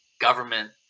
government